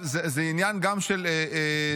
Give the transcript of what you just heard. זה עניין גם של תגמולים.